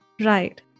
Right